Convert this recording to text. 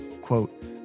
Quote